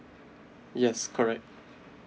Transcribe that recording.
yes correct